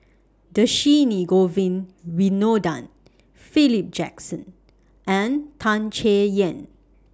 Dhershini Govin Winodan Philip Jackson and Tan Chay Yan